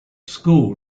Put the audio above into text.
school